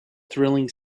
thrilling